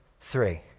three